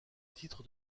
titre